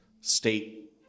state